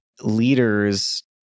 leaders